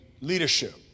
leadership